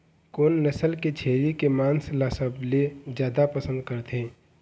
कोन नसल के छेरी के मांस ला सबले जादा पसंद करथे?